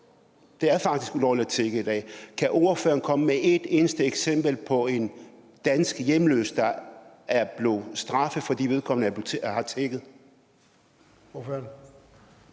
Det er faktisk ulovligt at tigge i dag. Kan ordføreren komme med et eneste eksempel på en dansk hjemløs, der er blevet straffet, fordi vedkommende har tigget?